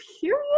period